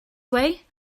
way